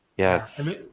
Yes